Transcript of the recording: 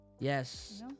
yes